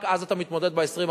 רק אז אתה מתמודד ב-20%.